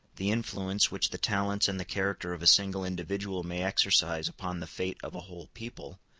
the influence which the talents and the character of a single individual may exercise upon the fate of a whole people,